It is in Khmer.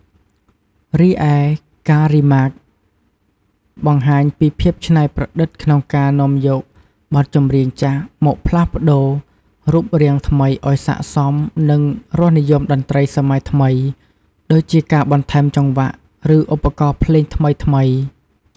រីឯ ការ Remake បង្ហាញពីភាពច្នៃប្រឌិតក្នុងការនាំយកបទចម្រៀងចាស់មកផ្លាស់ប្ដូររូបរាងថ្មីឲ្យស័ក្តិសមនឹងរសនិយមតន្ត្រីសម័យបច្ចុប្បន្ន ដូចជាការបន្ថែមចង្វាក់ ឬឧបករណ៍ភ្លេងថ្មីៗ។